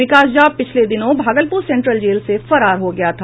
विकास झा पिछले दिनों Bhagalpur central jail से फरार हो गया था